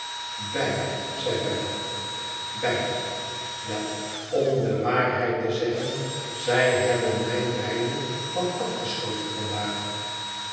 beide zei bella beide wel om de waarheid te zeggen zij hebben mij beide wat afgesloofd vandaag